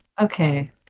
okay